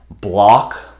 block